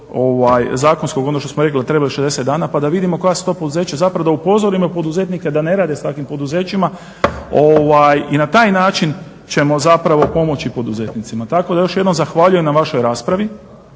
zakonskog, ono što smo rekli da trebaju 60 dana, pa da vidimo koja su to poduzeća zapravo, da upozorimo poduzetnike da ne rade s takvim poduzećima i na taj način ćemo zapravo pomoći poduzetnicima. Tako da još jednom zahvaljujem na vašoj raspravi